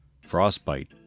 Frostbite